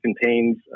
contains